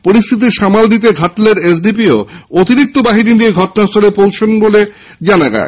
পরিস্হিতি সামাল দিতে ঘাটালের এস ডি পি ও অতিরিক্ত বাহিনী নিয়ে ঘটনাস্হলে পৌঁছেছেন বলে জানা গেছে